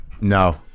no